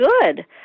good